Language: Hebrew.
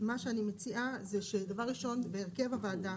אם נסתכל רגע על הרכב הוועדה,